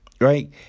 right